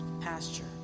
pasture